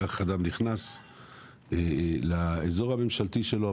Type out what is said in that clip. כך אדם נכנס לאזור הממשלתי שלו,